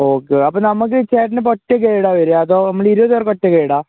okay അപ്പോള് നമുക്ക് ചേട്ടനിപ്പം ഒറ്റ ഗൈയ്ഡാണോ വരിക അതോ നമ്മള് ഇരുപത് പേർക്കൊറ്റ ഗൈയ്ഡാണോ